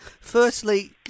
firstly